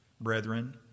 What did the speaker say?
brethren